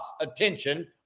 attention